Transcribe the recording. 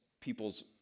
people's